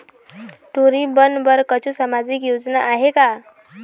टूरी बन बर कछु सामाजिक योजना आहे का?